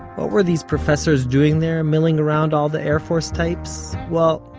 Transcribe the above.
what were these professors doing there, milling around all the air force types? well,